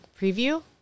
preview